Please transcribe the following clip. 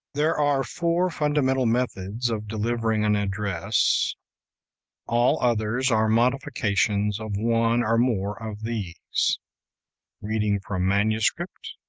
there are four fundamental methods of delivering an address all others are modifications of one or more of these reading from manuscript,